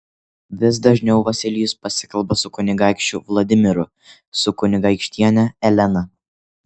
vis dažniau vasilijus pasikalba su kunigaikščiu vladimiru su kunigaikštiene elena